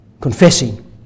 Confessing